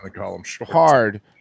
hard